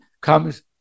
comes